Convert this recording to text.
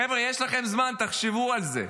חבר'ה, יש לכם זמן, תחשבו על זה.